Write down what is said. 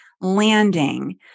Landing